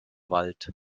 wald